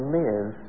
live